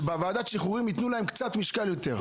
שבוועדת השחרורים ייתנו להם קצת יותר משקל.